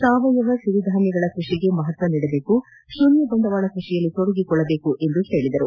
ಸಾವಯವ ಸಿರಿಧಾನ್ಯಗಳ ಕೃಷಿಗೆ ಮಹತ್ವ ನೀಡಬೇಕು ಶೂನ್ಹ ಬಂಡವಾಳ ಕೃಷಿಯಲ್ಲಿ ತೊಡಗಿಕೊಳ್ಳಬೇಕು ಎಂದು ಹೇಳಿದರು